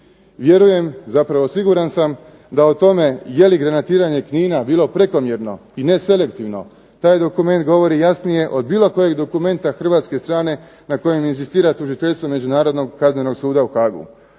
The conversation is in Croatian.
Vjerujem zapravo siguran sam da o tome jeli granatiranje Knina bilo prekomjerno i ne selektivno, taj dokument govori jasnije od bilo kojeg dokumenta hrvatske strana na kojem inzistira tužiteljstvo Međunarodnog kaznenog suda u Haagu.